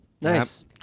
Nice